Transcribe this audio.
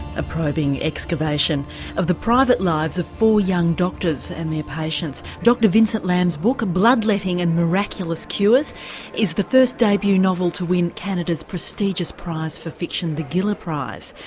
a probing excavation of the private lives of four young doctors and their patients. dr vincent lam's book, blood letting and miraculous cures is the first debut novel to win canada's prestigious prize for fiction, the giller prize.